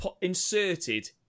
inserted